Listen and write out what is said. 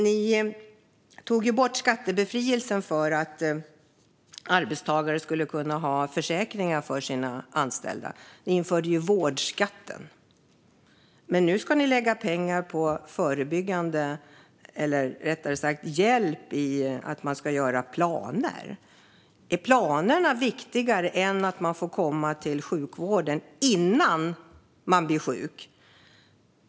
Ni tog bort skattebefrielsen för att arbetstagare skulle kunna ha försäkringar för sina anställda. Ni införde vårdskatten. Men nu ska ni lägga pengar på hjälp med att göra planer. Är planerna viktigare än att människor får komma till sjukvården innan de blir sjuka?